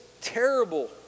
terrible